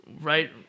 right